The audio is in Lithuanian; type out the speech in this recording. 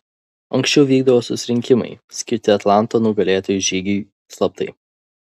anksčiau vykdavo susirinkimai skirti atlanto nugalėtojų žygiui slaptai